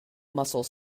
muscle